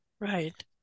Right